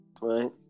right